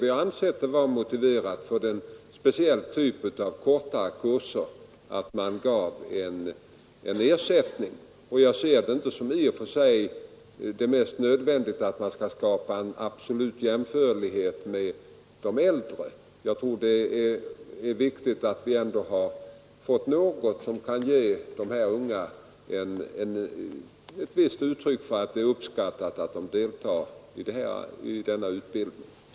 Vi har ansett det vara motiverat att ge ersättning för en speciell typ av kortare kurser. Jag anser inte det mest nödvändiga vara att skapa en absolut jämförlighet med de äldre. Jag tror det är viktigast att vi ändå har fått något, som kan ge dessa unga ett visst uttryck för att deras deltagande i denna utbildning uppskattas.